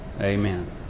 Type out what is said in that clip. Amen